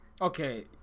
Okay